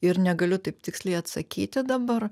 ir negaliu taip tiksliai atsakyti dabar